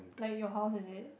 like your house is it